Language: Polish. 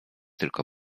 tylko